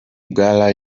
bwa